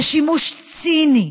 זה שימוש ציני,